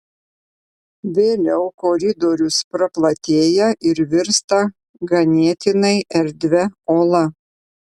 vėliau koridorius praplatėja ir virsta ganėtinai erdvia ola